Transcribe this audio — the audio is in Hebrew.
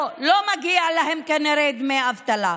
לא, לא מגיעים להם כנראה דמי אבטלה.